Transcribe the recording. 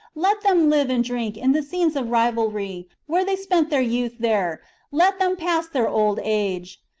let them live and drink in the scenes of rivalry where they spent their youth there let them pass their old age,